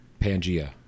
Pangaea